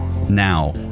Now